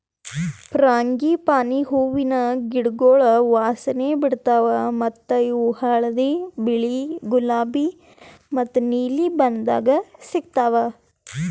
frangipani ಹೂವಿನ ಗಿಡಗೊಳ್ ವಾಸನೆ ಬಿಡ್ತಾವ್ ಮತ್ತ ಇವು ಹಳದಿ, ಬಿಳಿ, ಗುಲಾಬಿ ಮತ್ತ ನೀಲಿ ಬಣ್ಣದಾಗ್ ಸಿಗತಾವ್